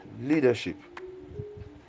leadership